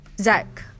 zach